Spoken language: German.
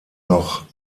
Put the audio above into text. noch